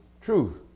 truth